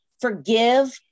forgive